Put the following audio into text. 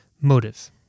motive